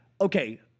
okay